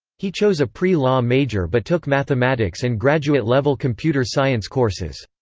he chose a pre-law major but took mathematics and graduate level computer science courses.